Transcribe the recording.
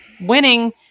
winning